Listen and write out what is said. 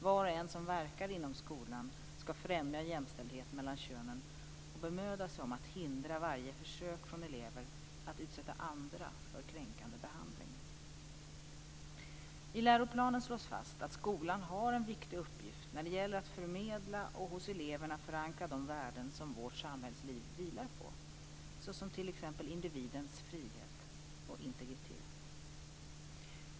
Var och en som verkar inom skolan skall främja jämställdhet mellan könen och bemöda sig om att hindra varje försök från elever att utsätta andra för kränkande behandling. I läroplanen slås fast att skolan har en viktig uppgift när det gäller att förmedla och hos eleverna förankra de värden som vårt samhällsliv vilar på, såsom t.ex. individens frihet och integritet.